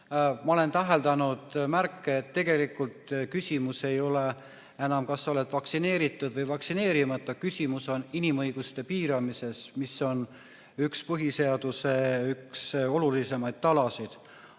ma olen täheldanud märke, et tegelikult küsimus ei ole enam selles, kas sa oled vaktsineeritud või vaktsineerimata, küsimus on inimõiguste piiramises, mis on üks põhiseaduse olulisemaid talasid.